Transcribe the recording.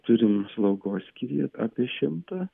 turim slaugos skyriuje apie šimtą